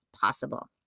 possible